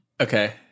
Okay